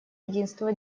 единство